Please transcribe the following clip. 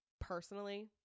Personally